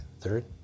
third